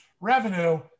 revenue